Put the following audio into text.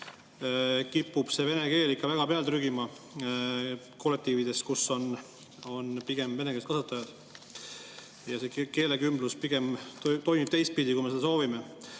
kipub vene keel ikka väga peale trügima kollektiivides, kus on pigem venekeelsed kasvatajad. Ja see keelekümblus pigem toimib teistpidi, kui me seda soovime.